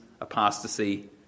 apostasy